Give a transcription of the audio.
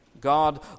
God